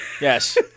Yes